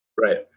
Right